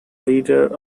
leader